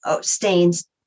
stains